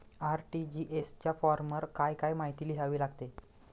RTGS च्या फॉर्मवर काय काय माहिती लिहावी लागते?